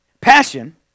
Passion